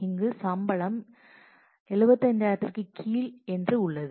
இங்கு சம்பளம்75000 என்று உள்ளது